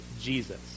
Jesus